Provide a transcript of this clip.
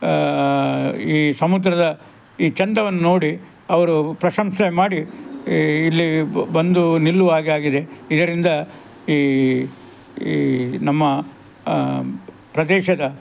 ಈ ಸಮುದ್ರದ ಈ ಚಂದವನ್ನು ನೋಡಿ ಅವರು ಪ್ರಶಂಸೆ ಮಾಡಿ ಇಲ್ಲಿ ಬಂದು ನಿಲ್ಲುವಾಗೆ ಆಗಿದೆ ಇದರಿಂದ ಈ ಈ ನಮ್ಮ ಪ್ರದೇಶದ